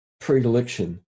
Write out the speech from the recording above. predilection